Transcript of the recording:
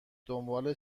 دنبال